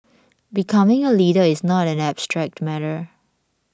becoming a leader is not an abstract matter